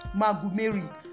magumeri